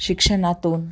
शिक्षणातून